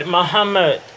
Muhammad